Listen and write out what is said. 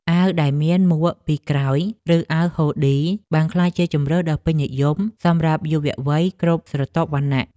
អាវដែលមានមួកពីក្រោយ ឬអាវហ៊ូឌីបានក្លាយជាជម្រើសដ៏ពេញនិយមសម្រាប់យុវវ័យគ្រប់ស្រទាប់វណ្ណៈ។